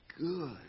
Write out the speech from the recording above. good